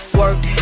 work